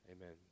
Amen